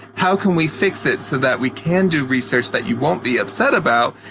how can we fix it so that we can do research that you won't be upset about?